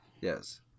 Yes